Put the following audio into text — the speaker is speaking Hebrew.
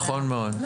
נכון מאוד,